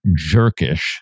jerkish